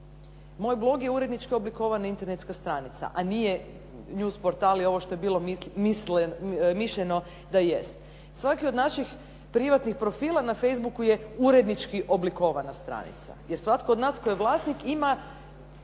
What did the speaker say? Moj blog je urednički oblikovana internetska stranica, a nije news portal i ovo što je bilo mišljeno da jest. Svaki od naših privatnih profila na Facebooku je urednički oblikovana stranica, jer svatko od nas tko je vlasnik ima